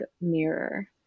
mirror